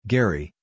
Gary